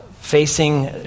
facing